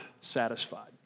satisfied